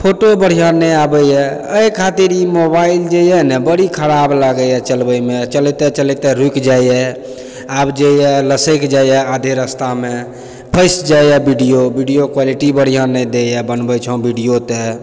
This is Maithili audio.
फोटो बढ़िआँ नहि आबै यऽ एहि खातिर ई मोबाइल जे यऽ ने बड़ी खराब लागै यऽ चलबैमे चलैते चलैते रुकि जाइए आब जे यऽ लसैक जाइए अधे रस्तामे फसि जाइए वीडियो वीडियो क्वालिटी बढ़िआँ नहि दै यऽ बनबै छौं वीडियो तऽ